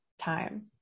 time